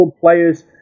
players